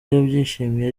yabyishimiye